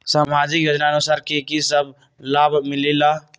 समाजिक योजनानुसार कि कि सब लाब मिलीला?